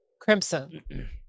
Crimson